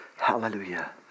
hallelujah